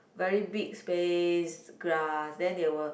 very big space grass then they will